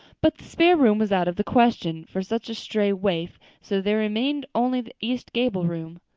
but the spare room was out of the question for such a stray waif, so there remained only the east gable room.